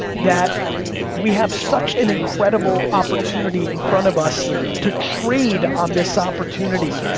that we have such an incredible opportunity in front of us to trade on this opportunity,